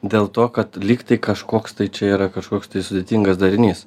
dėl to kad lyg tai kažkoks tai čia yra kažkoks tai sudėtingas darinys